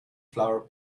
flower